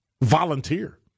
volunteer